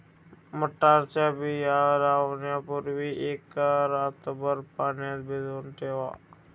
मटारच्या बिया लावण्यापूर्वी एक रात्रभर पाण्यात भिजवून ठेवा